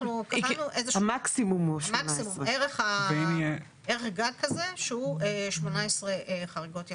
המקסימום הוא 18. ערך הגג כזה שהוא 18 חריגות יממתיות.